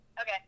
Okay